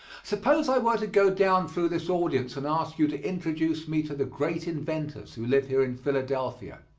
suppose i were to go down through this audience and ask you to introduce me to the great inventors who live here in philadelphia.